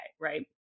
right